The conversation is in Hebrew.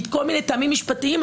מכל מיני טעמים משפטיים,